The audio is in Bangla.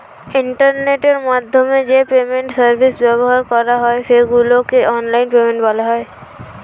ইন্টারনেটের মাধ্যমে যে পেমেন্ট সার্ভিস ব্যবহার করা হয় সেগুলোকে অনলাইন পেমেন্ট বলা হয়